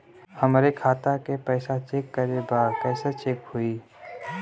हमरे खाता के पैसा चेक करें बा कैसे चेक होई?